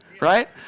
right